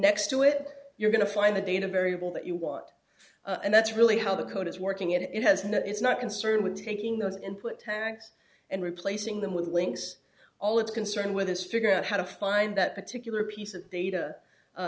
next to it you're going to find the data variable that you want and that's really how the code is working and it has not it's not concerned with taking those input tanks and replacing them with links all it's concerned with is figure out how to find that particular piece of data